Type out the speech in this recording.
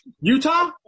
Utah